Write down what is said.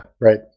Right